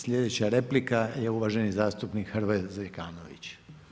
Sljedeća replika je uvaženi zastupnik Hrvoje Zekanović.